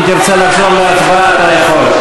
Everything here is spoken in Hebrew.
אם תרצה לחזור להצבעה, אתה יכול.